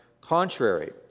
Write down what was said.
contrary